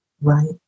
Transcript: Right